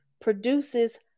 produces